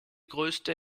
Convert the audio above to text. größte